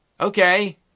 Okay